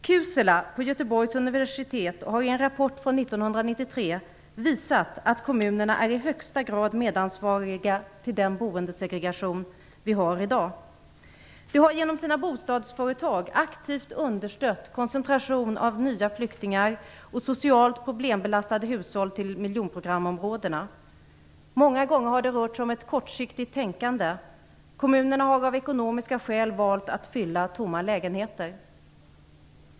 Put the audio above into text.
Kuusela på Göteborgs universitet har i en rapport från 1993 visat att kommunerna i högsta grad är medansvariga till den boendesegregation som vi har i dag. De har genom sina bostadsföretag aktivt understött koncentration av nya flyktingar och socialt problembelastade hushåll till miljonprogramsområdena. Många gånger har det rört sig om ett kortsiktigt tänkande. Kommunerna har av ekonomiska skäl valt att fylla tomma lägenheter.